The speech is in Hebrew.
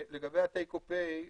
לגבי ה-take or pay,